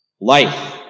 life